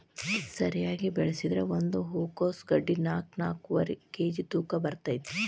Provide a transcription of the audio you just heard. ಸರಿಯಾಗಿ ಬೆಳಸಿದ್ರ ಒಂದ ಹೂಕೋಸ್ ಗಡ್ಡಿ ನಾಕ್ನಾಕ್ಕುವರಿ ಕೇಜಿ ತೂಕ ಬರ್ತೈತಿ